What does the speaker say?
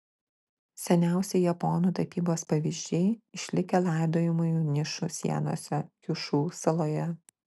seniausi japonų tapybos pavyzdžiai išlikę laidojamųjų nišų sienose kiušu saloje